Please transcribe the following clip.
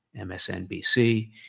MSNBC